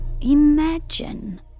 Imagine